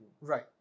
Right